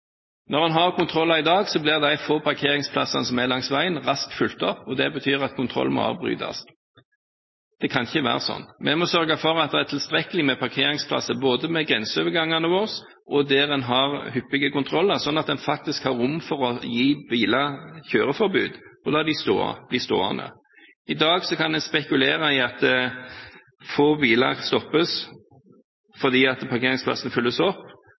Når man har kontroller i dag, blir de få parkeringsplassene som er langs veien, raskt fylt opp, og det betyr at kontrollen må avbrytes. Det kan ikke være sånn. Vi må sørge for at det er tilstrekkelig med parkeringsplasser både ved grenseovergangene våre og der en har hyppige kontroller, sånn at en faktisk har rom for å gi biler kjøreforbud og la dem bli stående. I dag kan en spekulere i at få biler stoppes fordi parkeringsplassen fylles opp,